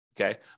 okay